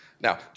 Now